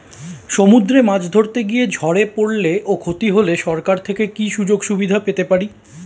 সমুদ্রে মাছ ধরতে গিয়ে ঝড়ে পরলে ও ক্ষতি হলে সরকার থেকে কি সুযোগ সুবিধা পেতে পারি?